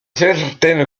certaines